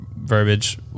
verbiage